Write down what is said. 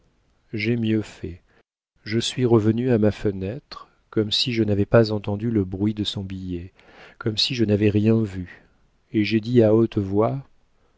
j'ai mieux fait je suis revenue à ma fenêtre comme si je n'avais pas entendu le bruit de son billet comme si je n'avais rien vu et j'ai dit à haute voix